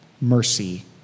mercy